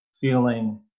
feeling